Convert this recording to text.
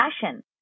fashion